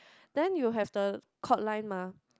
then you have the court line mah